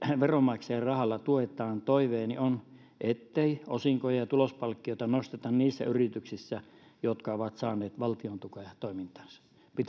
veronmaksajan rahalla tuetaan ettei osinko ja ja tulospalkkioita nosteta niissä yrityksissä jotka ovat saaneet valtiontukea toimintaansa